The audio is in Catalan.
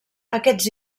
aquests